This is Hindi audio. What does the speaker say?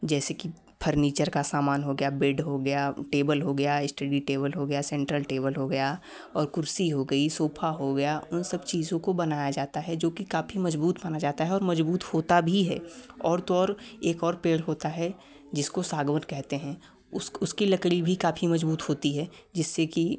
जैसे कि फर्नीचर का सामान हो गया बेड हो गया टेबल हो गया इश्टडी टेबल हो गया सेंट्रल टेबल हो गया और कुर्सी हो गई सोफा हो गया उन सब चीज़ों को बनाया जाता है जोकि काफ़ी मजबूत माना जाता है और मजबूत होता भी है और तो और एक और पेड़ होता है जिसको सागवन कहते हैं उस उसकी लकड़ी भी काफ़ी मजबूत होती है जिससे कि